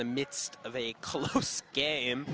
the midst of a close game